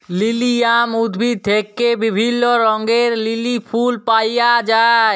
lilium উদ্ভিদ থেক্যে বিভিল্য রঙের লিলি ফুল পায়া যায়